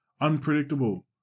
Unpredictable